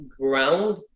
ground